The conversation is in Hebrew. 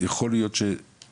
יכול להיות שבגליל